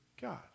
God